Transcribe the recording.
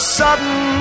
sudden